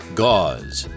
gauze